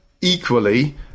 equally